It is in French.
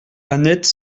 annette